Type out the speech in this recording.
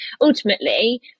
ultimately